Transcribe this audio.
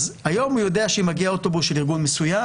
אז היום הוא יודע שאם מגיע אוטובוס של ארגון מסוים,